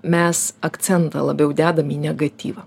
mes akcentą labiau dedam į negatyvą